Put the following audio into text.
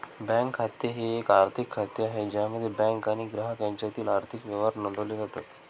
bank खाते हे एक आर्थिक खाते आहे ज्यामध्ये बँक आणि ग्राहक यांच्यातील आर्थिक व्यवहार नोंदवले जातात